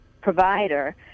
provider